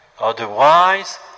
Otherwise